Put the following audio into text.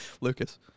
Lucas